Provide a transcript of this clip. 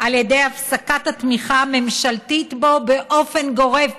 על ידי הפסקת התמיכה הממשלתית בו באופן גורף,